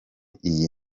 iyi